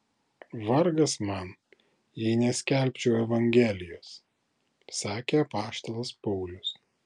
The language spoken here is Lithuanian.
vargas man jei neskelbčiau evangelijos sakė apaštalas paulius